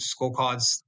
scorecards